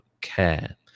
care